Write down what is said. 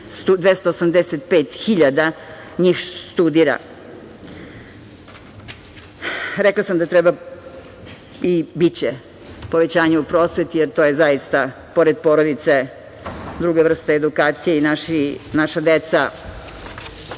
285.000 njih studira. Rekla sam da treba, i biće, povećanja u prosveti, jer to je zaista, pored porodice, druga vrsta edukacije. Naša dece